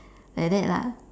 like that lah